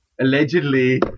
Allegedly